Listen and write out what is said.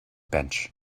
bench